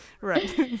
right